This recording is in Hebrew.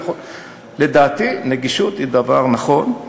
לדעתי נגישות היא דבר נכון.